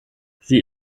sie